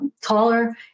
taller